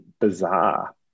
bizarre